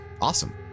awesome